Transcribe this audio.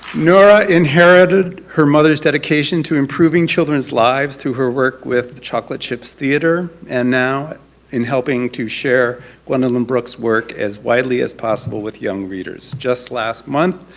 nora inherited her mother's dedication to improving children's lives through her work with the chocolate chips theater, and now in helping to share gwendolyn brooks work as widely as possible with young readers. just last month,